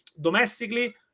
domestically